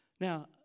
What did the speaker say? Now